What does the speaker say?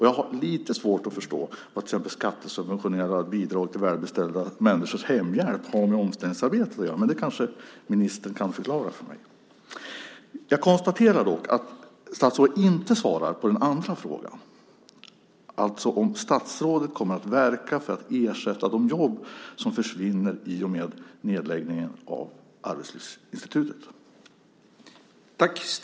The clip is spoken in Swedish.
Jag har lite svårt att förstå vad till exempel skattesubventionerade bidrag till välbeställda människors hemhjälp har med omställningsarbete att göra, men det kanske ministern kan förklara för mig. Jag konstaterar dock att statsrådet inte svarar på den andra frågan, alltså om statsrådet kommer att verka för att ersätta de jobb som försvinner i och med nedläggningen av Arbetslivsinstitutet.